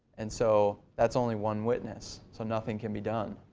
and so, that's only one witness. so nothing can be done.